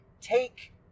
take